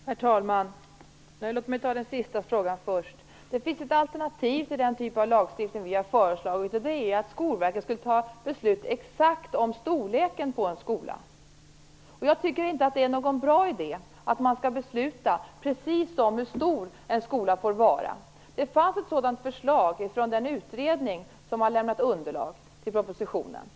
Herr talman! Låt mig ta den sista frågan först. Det finns ett alternativ till den typ av lagstiftning regeringen har föreslagit; att Skolverket skulle fatta beslut om exakt storlek på en skola. Jag tycker inte att det är någon bra idé att besluta precis hur stor en skola får vara. Det fanns ett sådant förslag från den utredning som har lämnat underlag till propositionen.